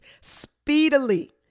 speedily